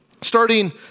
Starting